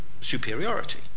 superiority